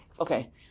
Okay